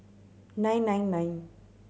nine nine nine